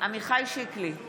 עמיחי שיקלי,